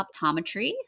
Optometry